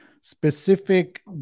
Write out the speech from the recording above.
specific